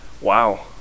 Wow